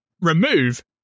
remove